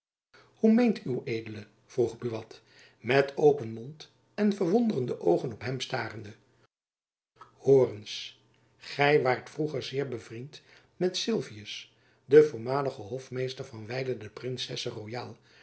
hoe meent ued vroeg buat met open mond en verwonderde oogen op hem starende hoor eens gy waart vroeger zeer bevriend met sylvius den voormaligen hofmeester van wijlen de princesse royaal